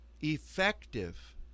effective